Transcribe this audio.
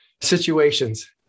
situations